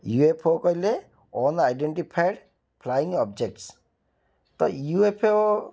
you F O କହିଲେ unidentified flying objects ତ U F ଓ